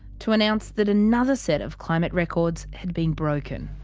to announce that another set of climate records had been broken.